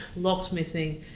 locksmithing